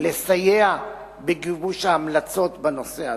שיסייע בגיבוש ההמלצות בנושא הזה.